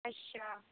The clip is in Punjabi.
ਅੱਛਾ